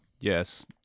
Yes